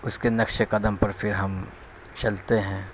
اس کے نقش قدم پر پھر ہم چلتے ہیں